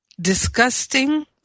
disgusting